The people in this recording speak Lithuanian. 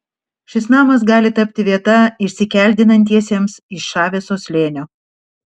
šis namas gali tapti vieta iškeldintiesiems iš čaveso slėnio